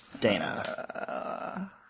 Dana